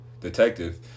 detective